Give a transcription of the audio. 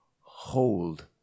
hold